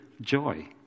joy